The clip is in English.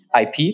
IP